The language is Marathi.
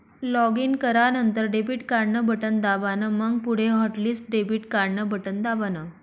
लॉगिन करानंतर डेबिट कार्ड न बटन दाबान, मंग पुढे हॉटलिस्ट डेबिट कार्डन बटन दाबान